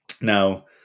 Now